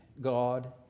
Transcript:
God